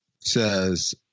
says